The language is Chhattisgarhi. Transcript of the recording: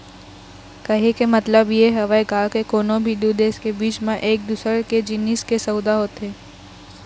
कहे के मतलब ये हवय गा के कोनो भी दू देश के बीच म एक दूसर के जिनिस के सउदा होथे